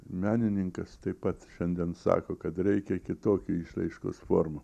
menininkas taip pat šiandien sako kad reikia kitokių išraiškos formų